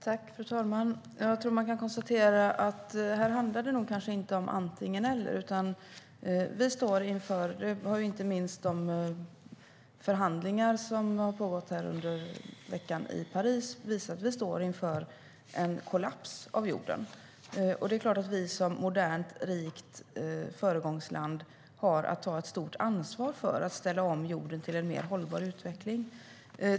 Fru talman! Jag tror att man kan konstatera att det här inte handlar om antingen eller. Som inte minst de förhandlingar som pågått i Paris i veckan har visat står jorden inför en kollaps, och det är klart att vi som modernt, rikt föregångsland har att ta stort ansvar för att ställa om jorden till en mer hållbar utveckling.